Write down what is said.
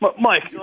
Mike